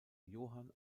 johann